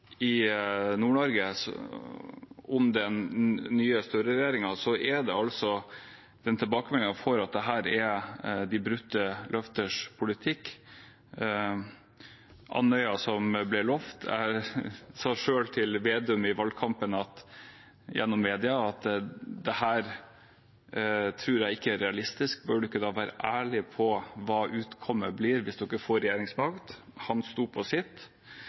at dette er de brutte løfters politikk. Ta lovnaden om Andøya: Jeg sa selv, gjennom media, til Slagsvold Vedum i valgkampen at dette trodde jeg ikke var realistisk, og spurte ham om han ikke da burde være ærlig på hva utkommet ville bli hvis de fikk regjeringsmakt. Han sto på sitt.